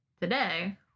today